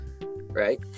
right